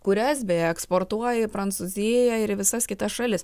kurias beje eksportuoja į prancūziją ir į visas kitas šalis